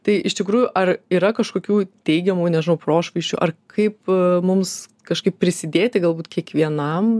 tai iš tikrųjų ar yra kažkokių teigiamų nežinau prošvaisčių ar kaip mums kažkaip prisidėti galbūt kiekvienam